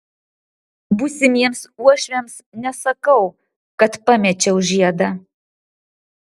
būsimiems uošviams nesakau kad pamečiau žiedą